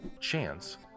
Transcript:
chance